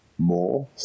more